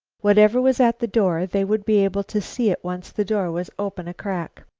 whatever was at the door, they would be able to see it once the door was open a crack.